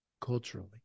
culturally